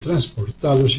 transportados